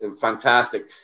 fantastic